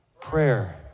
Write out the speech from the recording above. prayer